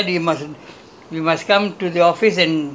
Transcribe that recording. okay daily we must do one one project